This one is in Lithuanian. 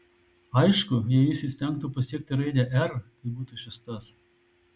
aišku jei jis įstengtų pasiekti raidę r tai būtų šis tas